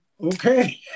okay